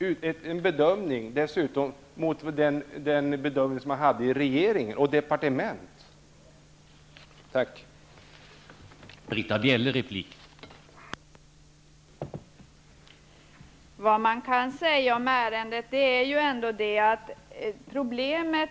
Det är en bedömning som går mot den bedömning regeringen och departementet har gjort.